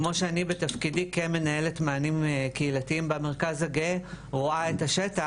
כמו שאני בתפקידי כמנהלת מענים קהילתיים במרכז הגאה רואה את השטח.